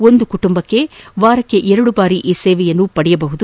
ಒಂದು ಕುಟುಂಬ ವಾರಕ್ಷೆ ಎರಡು ಬಾರಿ ಈ ಸೇವೆಯನ್ನು ಪಡೆಯಬಹುದು